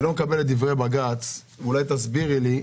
אני לא מקבל את דברי בג"ץ, אולי תסבירי לי,